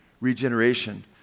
regeneration